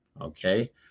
okay